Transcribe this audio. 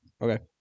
Okay